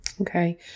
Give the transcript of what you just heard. Okay